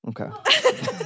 Okay